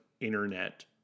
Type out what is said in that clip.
internet